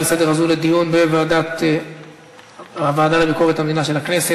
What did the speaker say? הזאת לסדר-היום לדיון בוועדה לביקורת המדינה של הכנסת.